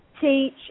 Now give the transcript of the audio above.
teach